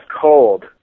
cold